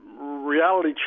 reality